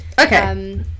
Okay